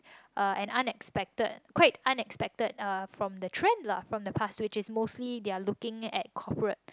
uh an unexpected quite unexpected uh from the trend lah from the past which is mostly they're looking at corporate